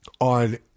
on